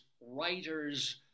writers